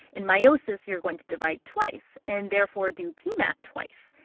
in meiosis, you're going to divide twice and therefore do pmat twice.